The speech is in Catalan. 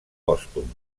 pòstum